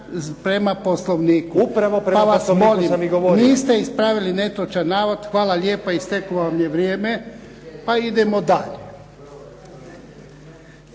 Nenad (SDP)** Upravo prema poslovniku sam i govorio. **Jarnjak, Ivan (HDZ)** Niste ispravili netočan navod. Hvala lijepa isteklo vam je vrijeme. Idemo dalje.